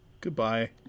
Goodbye